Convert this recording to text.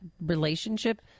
relationship